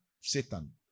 Satan